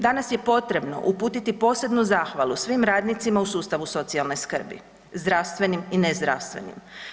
Danas je potrebno uputiti posebnu zahvalu svim radnicima u sustavu socijalne skrbi, zdravstvenim i nezdravstvenim.